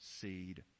seed